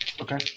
Okay